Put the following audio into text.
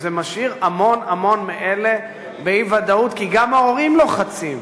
וזה משאיר המון-המון מאלה באי-ודאות כי גם ההורים לוחצים.